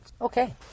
Okay